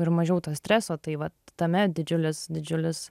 ir mažiau streso tai vat tame didžiulis didžiulis